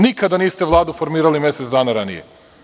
Nikada niste Vladu formirali mesec dana ranije.